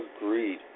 Agreed